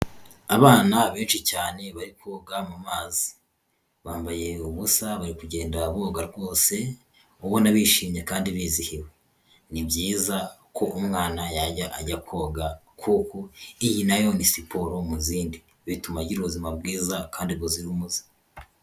Abana benshi cyane bari koga mu mazi, bambaye ubusa bari kugenda boga rwose, ubona bishimye kandi bizihiwe, ni byiza ko umwana yajya ajya koga, kuko iyi na yo ni siporo mu zindi, bituma agira ubuzima bwiza kandi buzira umuze.